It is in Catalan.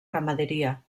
ramaderia